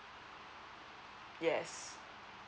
yes